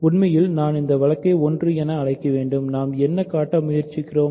உண்மையில் நான் இந்த வழக்கை 1 என்று அழைக்க வேண்டும் நாம் என்ன காட்ட முயற்சிக்கிறோம்